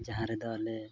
ᱡᱟᱦᱟᱸ ᱨᱮᱫᱚ ᱟᱞᱮ